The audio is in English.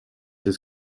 has